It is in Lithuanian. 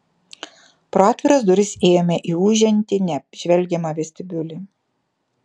pro atviras duris įėjome į ūžiantį neapžvelgiamą vestibiulį